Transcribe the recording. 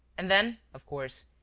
and then, of course,